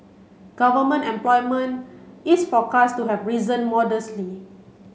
government employment is forecast to have risen modestly